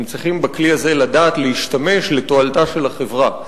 הם צריכים לדעת להשתמש בכלי הזה לתועלתה של החברה.